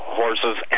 horses